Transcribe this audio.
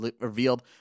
revealed